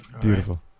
Beautiful